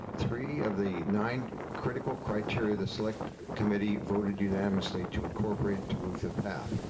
three of the nine critical criteria the select committee voted unanimously to incorporate to move the path.